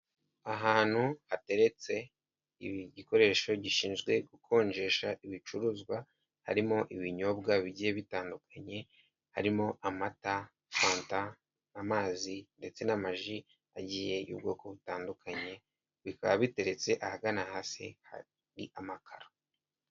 Ahantu hateretse igikoresho gishinzwe gukonjesha ibicuruzwa harimo ibinyobwa bigiye bitandukanye harimo amata, fanta, amazi ndetse n'amaji agiye y'ubwoko butandukanye bikaba biteretse ahagana hasi hari amakara.